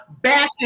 bashing